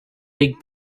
big